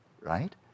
right